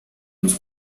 unos